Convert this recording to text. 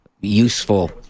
useful